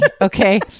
okay